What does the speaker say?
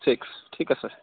six ঠিক আছে